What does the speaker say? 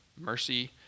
mercy